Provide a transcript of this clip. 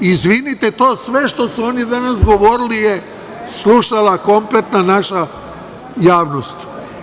Izvinite, to sve što su oni danas govorili je slušala kompletna naša javnost.